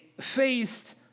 faced